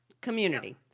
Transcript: Community